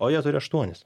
o jie turi aštuonis